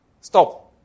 Stop